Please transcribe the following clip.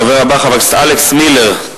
הדובר הבא: חבר הכנסת אלכס מילר,